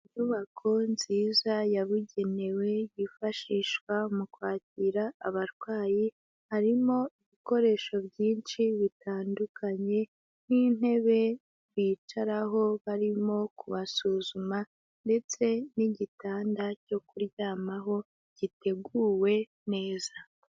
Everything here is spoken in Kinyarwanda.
Inyubako nziza yabugenewe yifashishwa mu kwakira abarwayi, harimo ibikoresho byinshi bitandukanye nk'intebe bicaraho barimo kubasuzuma ndetse n'igitanda cyo kuryamaho giteguwe neza.